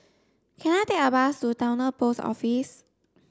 can I take a bus to Towner Post Office